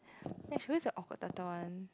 ya she always a awkward turtle one